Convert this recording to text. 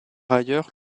ailleurs